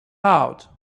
out